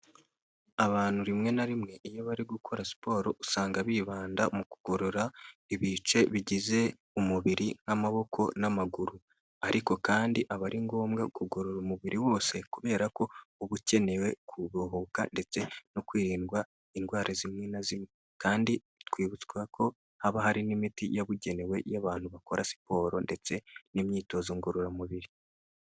Abantu rimwe na rimwe, iyo bari gukora siporo usanga bibanda mu kugorora ibice bigize umubiri nk'amaboko n'amaguru, ariko kandi aba ari ngombwa kugorora umubiri wose kubera ko uba ukenewe kubohoka ndetse no kwirindwa indwara zimwe na zimwe kandi bitwibuswa ko haba hari n'imiti yabugenewe y'abantu bakora siporo ndetse n'imyitozo ngororamubiri.